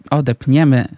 odepniemy